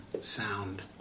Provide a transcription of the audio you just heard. sound